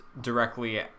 directly